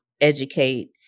educate